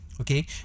okay